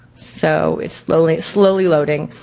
so it's slowly slowly loading.